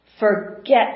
Forget